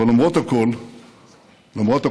אבל, למרות הכול, מכובדי,